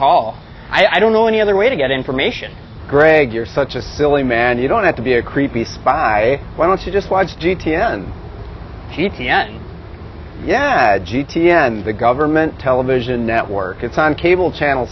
hall i don't know any other way to get information greg you're such a silly man you don't have to be a creepy spy why don't you just watch g t n t t s yeah g t n the government television network it's on cable channel